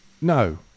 no